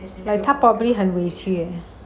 like 他 probably 很委屈 leh